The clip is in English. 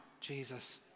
Jesus